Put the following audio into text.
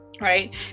right